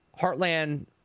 heartland